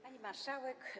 Pani Marszałek!